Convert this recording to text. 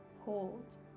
Hold